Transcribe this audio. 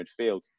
midfield